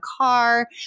car